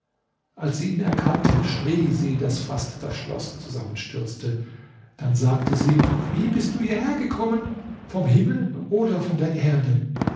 als sie ihn erkannte schrie sie daß fast das schloß zusammenstürzte dann sagte sie wie bist du hierher gekommen vom himmel oder von der erde